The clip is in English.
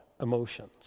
emotions